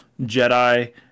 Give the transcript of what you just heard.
Jedi